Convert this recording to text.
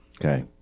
Okay